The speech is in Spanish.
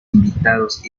invitados